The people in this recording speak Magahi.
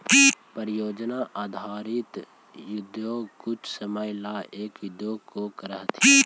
परियोजना आधारित उद्यमी कुछ समय ला एक उद्योग को करथीन